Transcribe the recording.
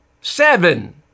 seven